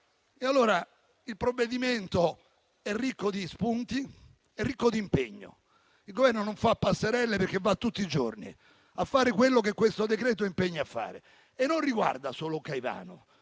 verità. Il provvedimento è ricco di spunti e di impegno. Il Governo non fa passerelle perché va tutti i giorni a fare quello che questo decreto-legge impegna a fare. La questione non riguarda solo Caivano;